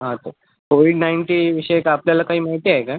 हां तर कोविड नाईनटीविषयी का आपल्याला काही माहिती आहे का